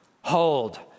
hold